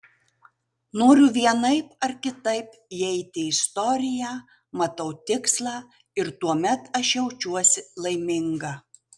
noriu vienaip ar kitaip įeiti į istoriją matau tikslą ir tuomet aš jaučiuosi laiminga